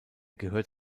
gehört